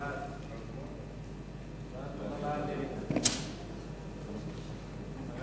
ההצעה להעביר את הצעת חוק התובלה האווירית (תיקון